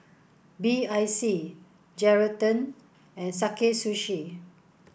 B I C Geraldton and Sakae Sushi